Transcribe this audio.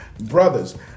brothers